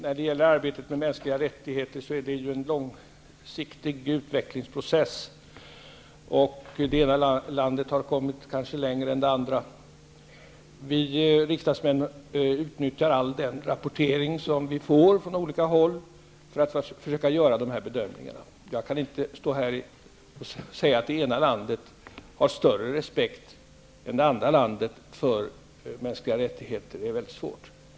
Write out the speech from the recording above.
Fru talman! Arbetet med mänskliga rättigheter är en långsiktig utvecklingsprocess. Det ena landet har kanske kommit längre än det andra. Vi riksdagsmän utnyttjar all den rapportering vi får från olika håll för att försöka göra dessa bedömningar. Jag kan inte här säga att det ena landet har större respekt för mänskliga rättigheter än det andra. Det är mycket svårt.